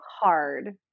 hard